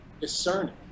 discerning